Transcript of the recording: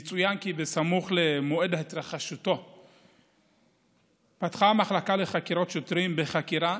יצוין כי סמוך למועד התרחשותו פתחה המחלקה לחקירות שוטרים בחקירה.